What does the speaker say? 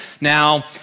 Now